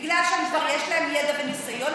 בגלל שכבר יש להם ידע וניסיון,